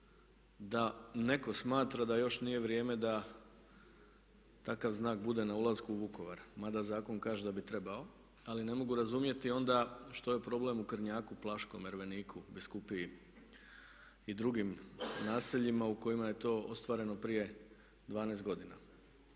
da netko smatra da još nije vrijeme da takav znak bude na ulasku u Vukovar, mada zakon kaže da bi trebao. Ali ne mogu razumjeti onda što je problem u Krnjaku, Plaškom, Erveniku biskupiji i drugim naseljima u kojima je to ostvareno prije 12 godina,